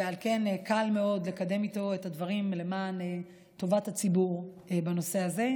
ועל כן קל מאוד לקדם איתו את הדברים למען טובת הציבור בנושא הזה.